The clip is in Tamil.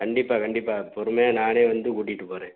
கண்டிப்பாக கண்டிப்பாக பொறுமையாக நானே வந்து கூட்டிகிட்டு போகறேன்